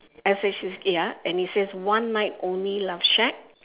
S H A ya and it says one night only love shack